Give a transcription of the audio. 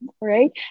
right